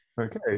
okay